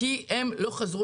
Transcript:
כולם.